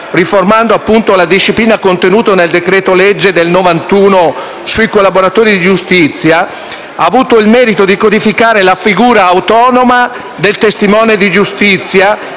riformando appunto la disciplina contenuta nel decreto-legge del 1991 sui collaboratori di giustizia, ha avuto il merito di codificare la figura autonoma del testimone di giustizia,